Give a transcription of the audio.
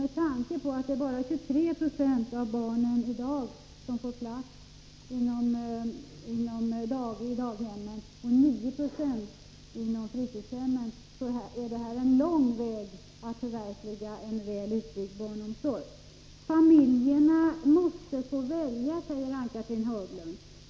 Med tanke på att bara 23 9o av barnen i dag får en plats på daghemmen och 9 Yo på fritidshemmen har vi en lång väg att vandra, innan vi har förverkligat en väl utbyggd barnomsorg. Familjerna måste få välja, säger Ann-Cathrine Haglund.